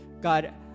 God